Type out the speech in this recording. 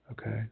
Okay